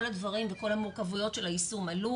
כל הדברים וכל המורכבויות של היישום עלו,